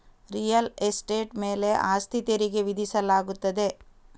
real estate ಮೇಲೆ ಆಸ್ತಿ ತೆರಿಗೆ ವಿಧಿಸಲಾಗುತ್ತದೆ